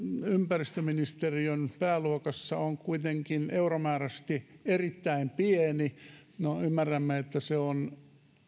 ympäristöministeriön pääluokassa on kuitenkin euromääräisesti erittäin pieni no ymmärrämme että se on